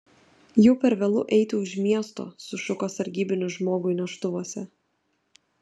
jau per vėlu eiti už miesto sušuko sargybinis žmogui neštuvuose